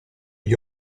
gli